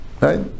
Right